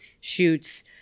shoots